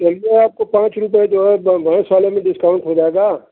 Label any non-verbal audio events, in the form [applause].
[unintelligible] आपको पाँच रुपये जो है एक दम भैंस में डिस्काउंट हो जाएगा